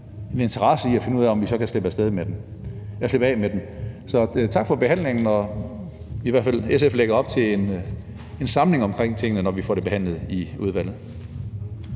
en interesse i at finde ud af, om vi så kan slippe af med dem. Så tak for behandlingen. SF lægger op til en samling om tingene, når vi får det behandlet i udvalget.